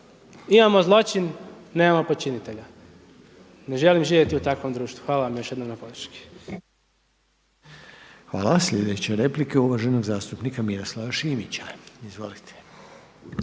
Imamo zločin, nemamo počinitelja. Ne želim živjeti u takvom društvu. Hvala još jednom na podrški. **Reiner, Željko (HDZ)** Hvala. Sljedeća replika je uvaženog zastupnika Miroslava Šimića. Izvolite.